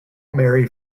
marry